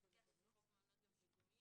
למפקח לפי חוק מעונות שיקומיים,